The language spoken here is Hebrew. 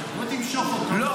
בוא תמשוך אותו --- לא,